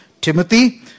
Timothy